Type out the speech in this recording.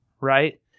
right